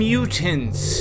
Mutants